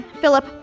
Philip